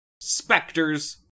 specters